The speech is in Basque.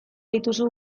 dituzu